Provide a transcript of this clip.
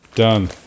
done